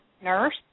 nurse